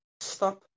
stop